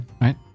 right